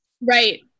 Right